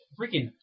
Freaking